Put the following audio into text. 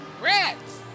rats